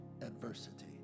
adversity